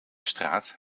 straat